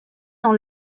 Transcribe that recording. dans